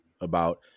about-